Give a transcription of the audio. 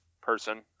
person